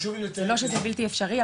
זה לא שזה בלתי אפשרי,